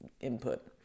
input